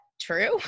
true